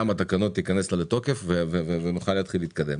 גם התקנות תיכנסנה לתוקף ונוכל להתקדם.